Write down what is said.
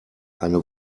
eine